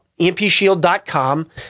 empshield.com